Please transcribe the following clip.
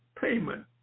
payment